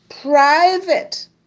private